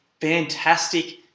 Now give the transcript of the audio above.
fantastic